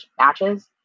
matches